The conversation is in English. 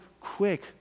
quick